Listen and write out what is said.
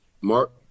Mark